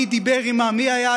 מי דיבר עם מי,